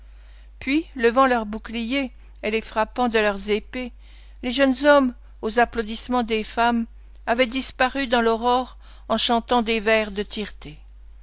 puis levant leurs boucliers et les frappant de leurs épées les jeunes hommes aux applaudissements des femmes avaient disparu dans l'aurore en chantant des vers de